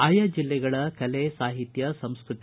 ಆಯಾ ಜಿಲ್ಲೆಗಳ ಕಲೆ ಸಾಹಿತ್ಯ ಸಂಸ್ಕೃತಿ